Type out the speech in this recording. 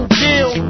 deal